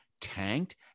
tanked